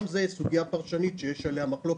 גם זו סוגיה פרשנית שיש עליה מחלוקת,